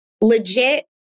legit